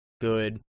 Good